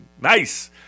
nice